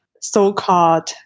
so-called